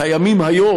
קיימים היום,